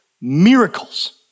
miracles